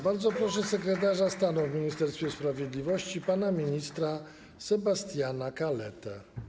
Bardzo proszę sekretarza stanu w Ministerstwie Sprawiedliwości pana ministra Sebastiana Kaletę.